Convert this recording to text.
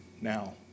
now